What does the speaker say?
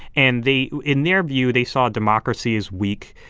and they in their view, they saw democracy as weak.